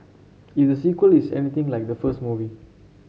if the sequel is anything like the first movie